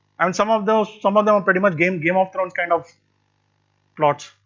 and some of those some of them pretty much game game of thrones kind of plots,